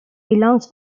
belongs